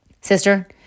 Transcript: Sister